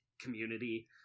community